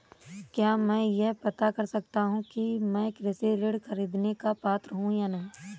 क्या मैं यह पता कर सकता हूँ कि मैं कृषि ऋण ख़रीदने का पात्र हूँ या नहीं?